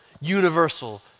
universal